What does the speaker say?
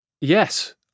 Yes